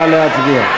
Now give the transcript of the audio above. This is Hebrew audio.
נא להצביע.